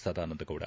Sadananda Gowda